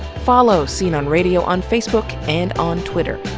follow scene on radio on facebook, and on twitter.